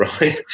right